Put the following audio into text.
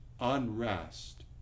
unrest